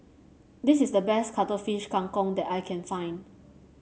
this is the best Cuttlefish Kang Kong that I can find